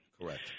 Correct